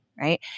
right